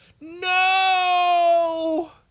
no